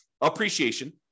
Appreciation